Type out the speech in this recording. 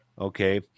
okay